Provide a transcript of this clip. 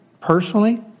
personally